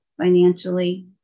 financially